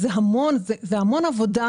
זה המון עבודה,